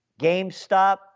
GameStop